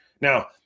Now